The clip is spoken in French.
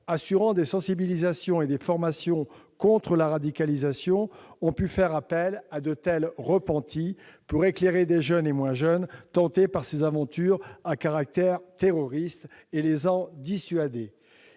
actions de sensibilisation et des formations contre la radicalisation ont pu faire appel à de tels repentis pour éclairer des jeunes ou moins jeunes tentés par ces aventures à caractère terroriste et les dissuader